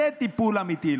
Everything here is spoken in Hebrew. זה טיפול אמיתי.